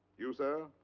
you, sir?